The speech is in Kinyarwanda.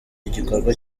igikorwa